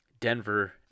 Denver